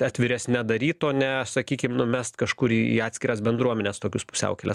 atviresne daryt o ne sakykim numest kažkur į atskiras bendruomenes tokius pusiaukelės